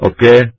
Okay